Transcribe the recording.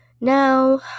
Now